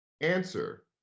Answer